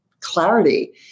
clarity